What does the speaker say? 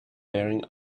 bearing